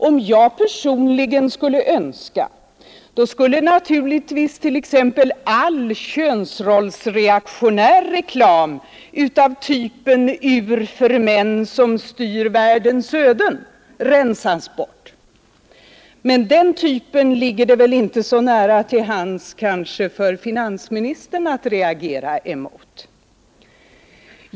Om jag personligen kunde få mina önskemål tillgodosedda, skulle naturligtvis t.ex. all könsrollsreaktionär reklam av typen ”ur för män som styr världens öden” rensas bort. Men den typen ligger det kanske inte så nära till hands för finansministern att reagera mot.